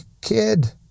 kid